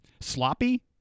sloppy